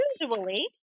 usually